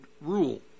rule